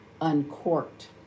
uncorked